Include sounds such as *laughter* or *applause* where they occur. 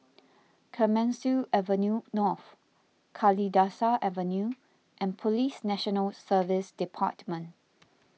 Clemenceau Avenue North Kalidasa Avenue *noise* and Police National Service *noise* Department